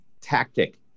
tactic